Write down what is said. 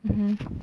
mmhm m